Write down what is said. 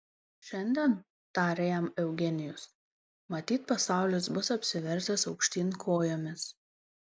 šiandien tarė jam eugenijus matyt pasaulis bus apsivertęs aukštyn kojomis